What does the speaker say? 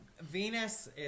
Venus